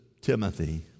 Timothy